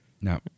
No